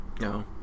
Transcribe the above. No